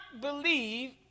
believe